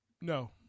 No